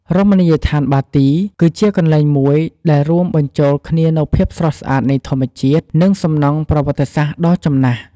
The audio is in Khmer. រមណីយដ្ឋានបាទីគឺជាកន្លែងមួយដែលរួមបញ្ចូលគ្នានូវភាពស្រស់ស្អាតនៃធម្មជាតិ និងសំណង់ប្រវត្តិសាស្ត្រដ៏ចំណាស់។